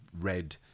red